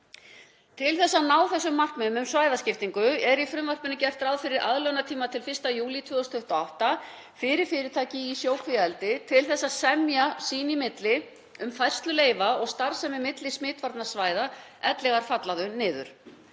Til að ná þessum markmiðum um svæðaskiptingu er í frumvarpinu gert ráð fyrir aðlögunartíma til 1. júlí 2028 fyrir fyrirtæki í sjókvíaeldi til að semja sín í milli um færslu leyfa og starfsemi milli smitvarnasvæða ellegar falla þau niður.